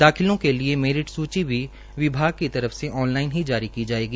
दाखिलों के लिए मेरिट सुची भी विभाग की तरफ से ऑनलाईन ही जारी की जाएगी